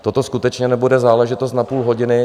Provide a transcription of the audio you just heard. Toto skutečně nebude záležitost na půl hodiny.